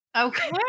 Okay